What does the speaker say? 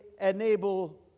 enable